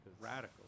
Radical